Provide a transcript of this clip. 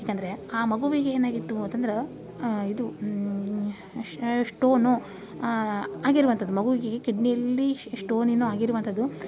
ಯಾಕಂದರೆ ಆ ಮಗುವಿಗೆ ಏನಾಗಿತ್ತು ಅಂತಂದ್ರೆ ಇದು ಶ್ಟೋನು ಆಗಿರುವಂಥದ್ದು ಮಗುವಿಗೆ ಕಿಡ್ನಿಯಲ್ಲಿ ಶ್ಟೋನ್ ಏನೋ ಆಗಿರುವಂಥದ್ದು